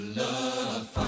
love